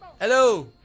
Hello